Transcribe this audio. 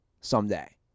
someday